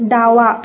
डावा